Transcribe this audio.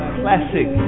classic